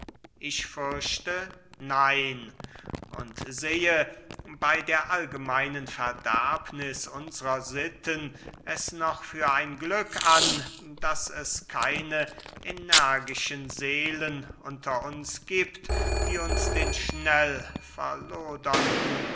ich fürchte nein und sehe bey der allgemeinen verderbniß unsrer sitten es noch für ein glück an daß es keine energische seelen unter uns giebt die uns den schnell